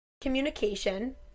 communication